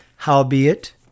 Howbeit